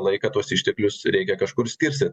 laiką tuos išteklius reikia kažkur skirstyt